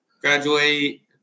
Graduate